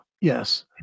Yes